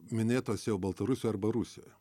minėtos jau baltarusijoj arba rusijoje